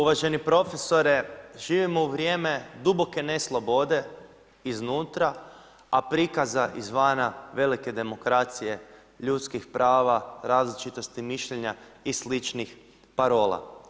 Uvaženi profesore, živimo u vrijeme duboke ne slobode iznutra a prikaza izvana velike demokracije, ljudskih prava, različitosti mišljenja i sličnih parola.